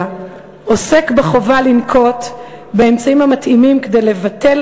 עוסק בחובה לנקוט את האמצעים המתאימים כדי לבטל